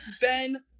Ben